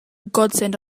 godsend